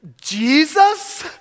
Jesus